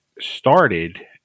started